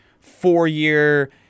four-year